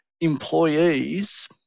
Employees